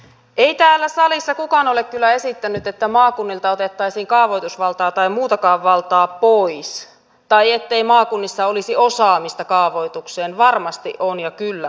ei täällä salissa kukaan ole kyllä esittänyt että maakunnilta otettaisiin kaavoitusvaltaa tai muutakaan valtaa pois tai ettei maakunnissa olisi osaamista kaavoituksessa varmasti on ja kyllä on